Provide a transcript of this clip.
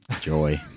joy